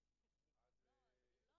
רגע